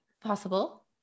possible